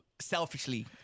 Selfishly